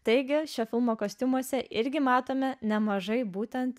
taigi šio filmo kostiumuose irgi matome nemažai būtent